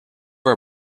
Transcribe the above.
our